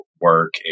work